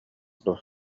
дуо